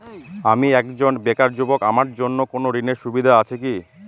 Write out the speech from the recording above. আমি একজন বেকার যুবক আমার জন্য কোন ঋণের সুবিধা আছে কি?